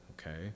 okay